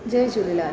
Jay Jhulelal